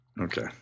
Okay